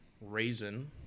reason